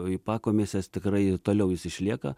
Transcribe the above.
į pakomises tikrai ir toliau jis išlieka